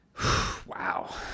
Wow